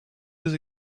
was